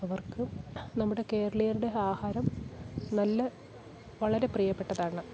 അവർക്ക് നമ്മുടെ കേരളീയരുടെ ആഹാരം നല്ല വളരെ പ്രിയപ്പെട്ടതാണ്